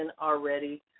already